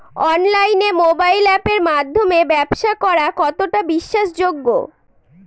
অনলাইনে মোবাইল আপের মাধ্যমে ব্যাবসা করা কতটা বিশ্বাসযোগ্য?